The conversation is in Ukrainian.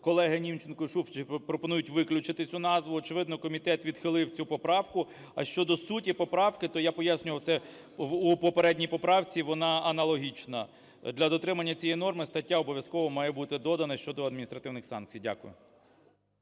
Колеги Німченко і Шуфрич пропонують виключити цю назву. Очевидно, комітет відхилив цю поправку. А щодо суті поправки, то я пояснював це у попередній поправці, вона аналогічна. Для дотримання цієї норми стаття обов'язково має бути додана щодо адміністративних санкцій. Дякую.